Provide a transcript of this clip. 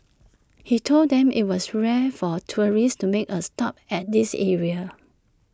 he told them IT was rare for tourists to make A stop at this area